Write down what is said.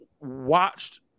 watched